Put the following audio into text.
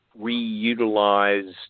reutilized